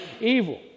evil